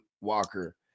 walker